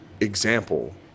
example